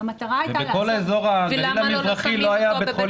PET-CT- -- ובכל האזור הגליל המזרחי לא היה בית